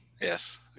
yes